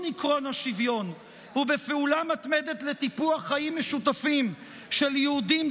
עקרון השוויון ובפעולה מתמדת לטיפוח חיים משותפים של יהודים,